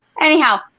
Anyhow